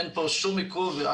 אין פה שום עיכוב.